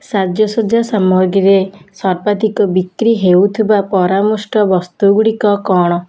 ସାଜସଜ୍ଜା ସାମଗ୍ରୀରେ ସର୍ବାଧିକ ବିକ୍ରି ହେଉଥିବା ପରାମୃଷ୍ଟ ବସ୍ତୁଗୁଡ଼ିକ କ'ଣ